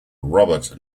robert